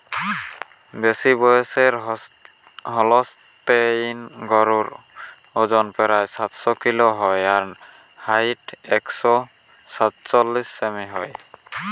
বেশিবয়সের Holstein গরুর অজন প্রায় সাতশ কিলো হয় আর হাইট একশ সাতচল্লিশ সেমি হয়